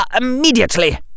immediately